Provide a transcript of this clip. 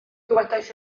dywedais